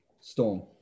Storm